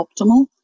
optimal